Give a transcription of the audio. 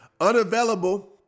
unavailable